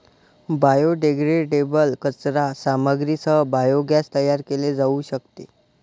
biodegradable कचरा सामग्रीसह biogas तयार केले जाऊ शकते